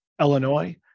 Illinois